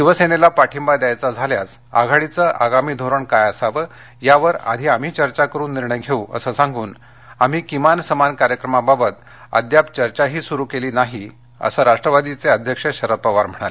शिवसेनेला पाठिंबा द्यायचा झाल्यास आघाडीचं आगामी धोरण काय असावं यावर आधी आम्ही चर्चा करुन निर्णय घेऊ असं सांगून आम्ही किमान समान कार्यक्रमाबाबत अद्याप चर्चाही सुरू केली नसल्याचं राष्ट्रवादीचे अध्यक्ष शरद पवार म्हणाले